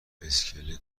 اسکله